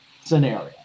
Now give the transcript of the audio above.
scenario